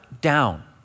down